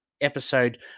episode